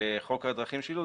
חוק הדרכים (שילוט),